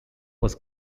was